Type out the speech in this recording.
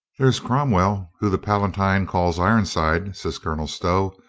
there is cromwell, whom the palatine calls ironside, said colonel stow.